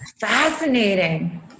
Fascinating